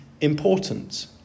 important